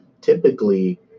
typically